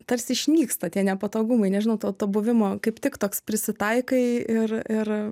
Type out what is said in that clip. tarsi išnyksta tie nepatogumai nežinau to to buvimo kaip tik toks prisitaikai ir ir